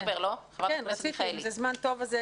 חברת הכנסת מרב מיכאלי, בבקשה.